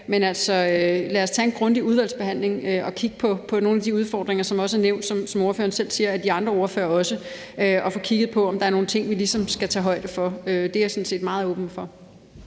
Men lad os tage en grundig udvalgsbehandling og kigge på nogle af de udfordringer, som også er nævnt, som ordføreren selv siger, af de andre ordførere, og få kigget på, om der er nogen ting, vi ligesom skal tage højde for. Det er jeg sådan set meget åben over